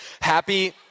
Happy